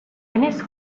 denez